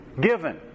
given